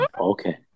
Okay